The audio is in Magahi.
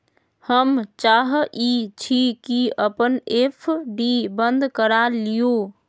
हम चाहई छी कि अपन एफ.डी बंद करा लिउ